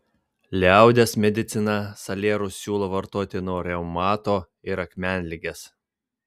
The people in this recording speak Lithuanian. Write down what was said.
liaudies medicina salierus siūlo vartoti nuo reumato ir akmenligės